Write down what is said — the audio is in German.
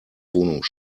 wohnung